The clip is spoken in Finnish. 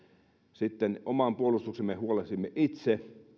sitten oman puolustuksemme huolehdimme itse